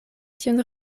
tion